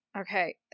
Okay